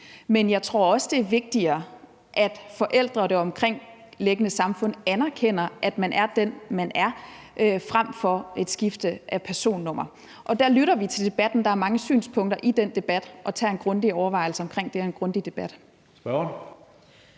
Men jeg tror, det er vigtigere, at forældre og det omgivende samfund anerkender, at man er den, man er, frem for at man får et skifte af personnummer. Der lytter vi til debatten – der er mange synspunkter i den debat – og tager en grundig overvejelse om det og en grundig debat.